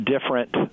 different